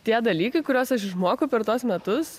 tie dalykai kuriuos aš išmokau per tuos metus